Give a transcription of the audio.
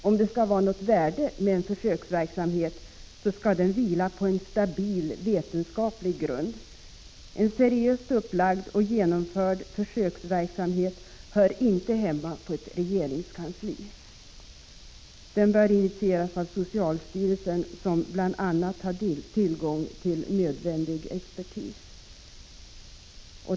Om det skall vara något värde med en försöksverksamhet skall den vila på en stabil vetenskaplig grund. En seriöst upplagd och genomförd försöksverksamhet hör inte hemma på ett regeringskansli. Den bör initieras av socialstyrelsen, som bl.a. har tillgång till nödvändig expertis.